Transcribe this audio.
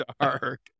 dark